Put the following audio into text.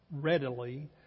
readily